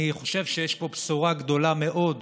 אני חושב שיש פה בשורה גדולה מאוד,